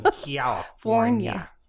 California